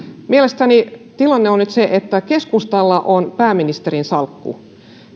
tilanne on nyt se että keskustalla on pääministerin salkku